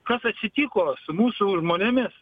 kas atsitiko su mūsų žmonėmis